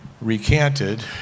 recanted